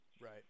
Right